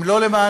אם לא למעננו,